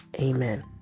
amen